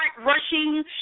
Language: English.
rushing